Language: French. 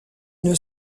une